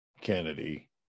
Kennedy